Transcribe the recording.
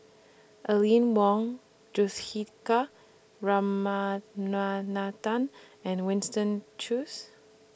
Aline Wong Juthika and Winston Choos